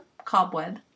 cobweb